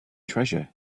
treasure